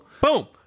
Boom